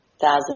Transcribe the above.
thousand